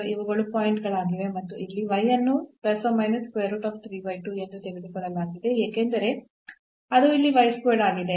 ಮತ್ತು ಇವುಗಳು ಪಾಯಿಂಟ್ ಗಳಾಗಿವೆ ಮತ್ತು ಇಲ್ಲಿ y ಅನ್ನು ಎಂದು ತೆಗೆದುಕೊಳ್ಳಲಾಗಿದೆ ಏಕೆಂದರೆ ಅದು ಅಲ್ಲಿ ಆಗಿದೆ